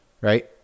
right